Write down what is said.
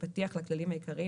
בפתיח לכללים העיקריים,